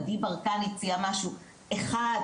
עדי ברקן הציע משהו אחד,